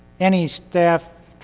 any staff,